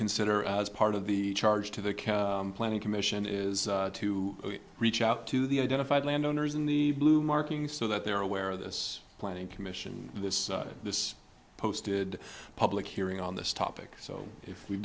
consider as part of the charge to the care planning commission is to reach out to the identified land owners in the blue markings so that they are aware of this planning commission this this posted a public hearing on this topic so if we've